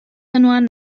inoar